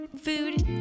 food